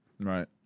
Right